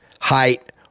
height